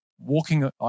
walking